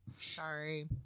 Sorry